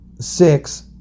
six